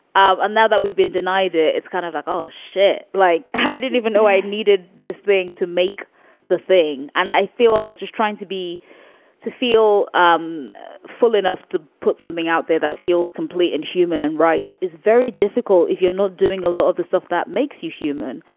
and now that we've been denied it, it's kind of like, oh shit, like i didn't even know i needed this thing to make the thing. and i feel like just trying to be to feel um full enough to put something out there that feels complete and human and right is very difficult if you're not doing a lot of the stuff that makes you human,